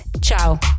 Ciao